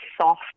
soft